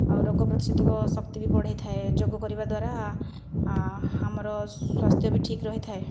ଆଉ ରୋଗ ପ୍ରତିଷେଧକ ଶକ୍ତି ବି ବଢ଼େଇଥାଏ ଯୋଗ କରିବା ଦ୍ଵାରା ଆମର ସ୍ୱାସ୍ଥ୍ୟ ବି ଠିକ୍ ରହିଥାଏ